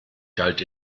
galt